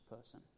person